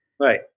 Right